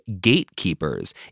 gatekeepers